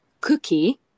Cookie